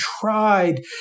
tried